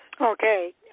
Okay